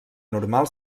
normal